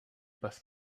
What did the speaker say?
passe